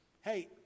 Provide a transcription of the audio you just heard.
Hey